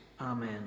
Amen